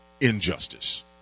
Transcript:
injustice